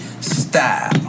style